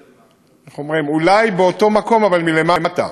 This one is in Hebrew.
איך אומרים, אולי באותו מקום אבל מלמטה,